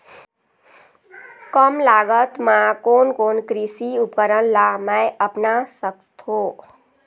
कम लागत मा कोन कोन कृषि उपकरण ला मैं अपना सकथो?